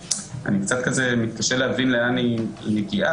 קצת כזה מתקשה להבין לאן היא מגיעה,